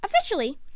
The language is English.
Officially